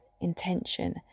intention